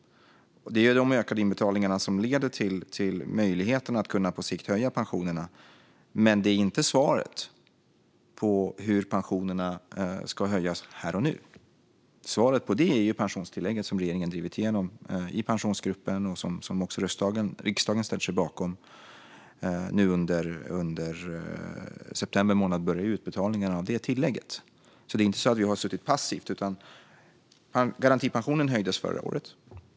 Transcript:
Det är de ökade inbetalningarna som leder till möjligheterna att på sikt kunna höja pensionerna, men det är inte svaret på hur pensionerna ska höjas här och nu. Svaret på det är pensionstillägget som regeringen har drivit igenom i Pensionsgruppen och som också riksdagen ställt sig bakom. Nu under september månad börjar utbetalningarna av det tillägget. Det är inte så att vi har suttit passiva. Garantipensionen höjdes förra året.